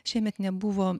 šiemet nebuvo